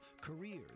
careers